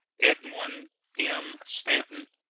edwin m. stanton,